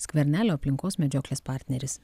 skvernelio aplinkos medžioklės partneris